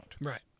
right